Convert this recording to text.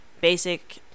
basic